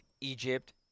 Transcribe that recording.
Egypt